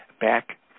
Back